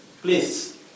please